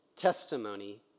testimony